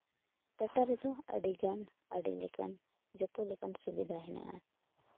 ᱴᱟᱴᱟ ᱨᱮᱫᱚ ᱟᱹᱰᱤᱜᱟᱱ ᱟᱹᱰᱤ ᱞᱮᱠᱟᱱ ᱡᱚᱛᱚ ᱞᱮᱠᱟᱱ ᱥᱩᱵᱤᱫᱟ ᱦᱮᱱᱟᱜᱼᱟ